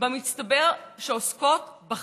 במצטבר שעוסקות בכם,